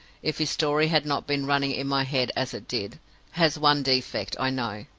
if his story had not been running in my head as it did has one defect, i know.